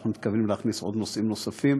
ואנחנו מתכוונים להכניס נושאים נוספים,